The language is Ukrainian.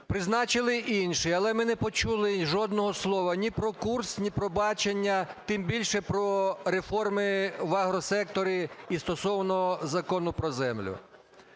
Призначили інший, але ми не почули жодного слова ні про курс, ні про бачення, тим більше - про реформи в агросекторі і стосовно Закону про землю.